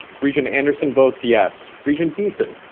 regent anderson votes yes. regent beeson?